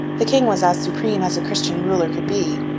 the king was as supreme as a christian ruler could be.